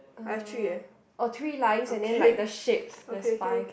uh oh three lines and then like the shapes there's five